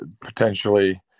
potentially